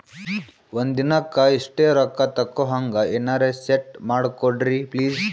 ಒಂದಿನಕ್ಕ ಇಷ್ಟೇ ರೊಕ್ಕ ತಕ್ಕೊಹಂಗ ಎನೆರೆ ಸೆಟ್ ಮಾಡಕೋಡ್ರಿ ಪ್ಲೀಜ್?